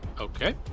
Okay